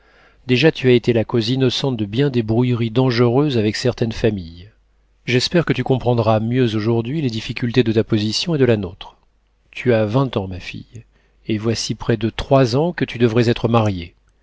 déjà tu as été la cause innocente de bien des brouilleries dangereuses avec certaines familles j'espère que tu comprendras mieux aujourd'hui les difficultés de ta position et de la nôtre tu as vingt ans ma fille et voici près de trois ans que tu devrais être mariée